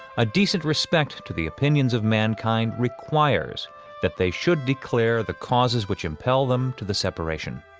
a decent respect to the opinions of mankind requires that they should declare the causes which impel them to the separation